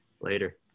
Later